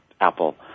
Apple